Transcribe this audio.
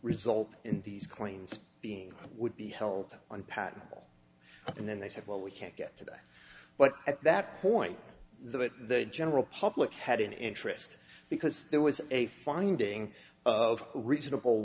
result in these claims being would be held on patentable and then they said well we can't get to that but at that point the general public had an interest because there was a finding of reasonable